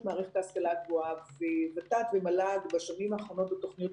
מערכת ההשכלה הגבוהה וות"ת ומל"ג בשנים האחרונות בתוכניות